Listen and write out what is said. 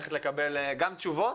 הולכת לקבל גם תשובות